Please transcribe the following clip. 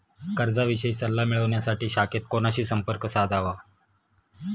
कर्जाविषयी सल्ला मिळवण्यासाठी शाखेत कोणाशी संपर्क साधावा?